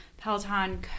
Peloton